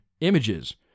images